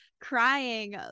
crying